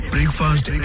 Breakfast